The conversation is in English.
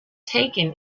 taken